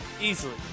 easily